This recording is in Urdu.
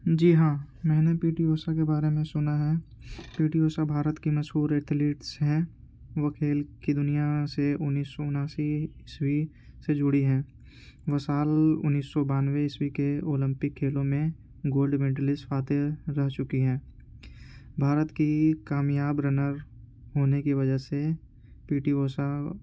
جی ہاں میں نے پی ٹی اوشا کے بارے میں سنا ہے پی ٹی اوشا بھارت کی مشہور ایتھلیٹس ہیں وہ کھیل کی دنیا سے انیس سو اناسی عیسوی سے جڑی ہیں وہ سال انیس سو بانوے عیسوی کے اولمپک کھیلوں میں گولڈ میڈلسٹ فاتح رہ چکی ہیں بھارت کی کامیاب رنر ہونے کی وجہ سے پی ٹی اوشا